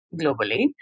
globally